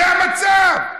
זה המצב.